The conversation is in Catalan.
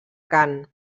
cant